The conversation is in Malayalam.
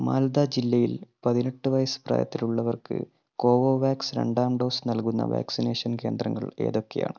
മാൽദ ജില്ലയിൽ പതിനെട്ട് വയസ്സ് പ്രായത്തിലുള്ളവർക്ക് കോവോവാക്സ് രണ്ടാം ഡോസ് നൽകുന്ന വാക്സിനേഷൻ കേന്ദ്രങ്ങൾ ഏതൊക്കെയാണ്